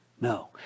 No